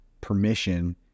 permission